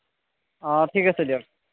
অ ঠিক আছে দিয়ক